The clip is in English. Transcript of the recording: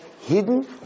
hidden